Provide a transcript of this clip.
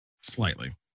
Slightly